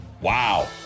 Wow